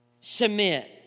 submit